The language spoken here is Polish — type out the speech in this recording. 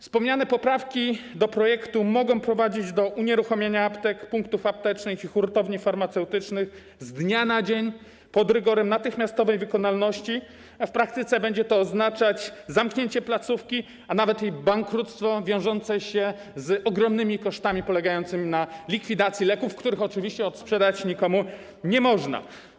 Wspomniane poprawki do projektu mogą prowadzić do unieruchomienia aptek, punktów aptecznych i hurtowni farmaceutycznych z dnia na dzień pod rygorem natychmiastowej wykonalności, a w praktyce będzie to oznaczać zamknięcie placówki, a nawet jej bankructwo wiążące się z ogromnymi kosztami polegającymi na likwidacji leków, których oczywiście odsprzedać nikomu nie można.